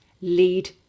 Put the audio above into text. lead